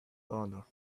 honor